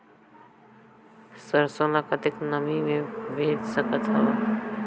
सरसो ल कतेक नमी मे बेच सकथव?